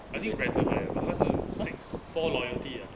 I think it's random [one] eh but 他是 six four loyalty ah